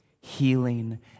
healing